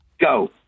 Go